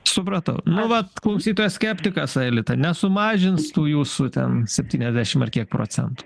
supratau nu vat klausytojas skeptikas aelita nesumažins tų jūsų ten septyniasdešimt ar kiek procentų